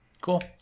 Cool